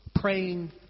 praying